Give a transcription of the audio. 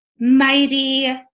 mighty